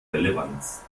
relevanz